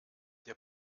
der